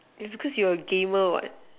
its cause you're a gamer what